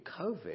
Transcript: covid